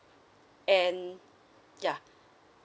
and ya